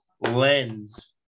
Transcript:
lens